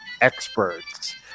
Experts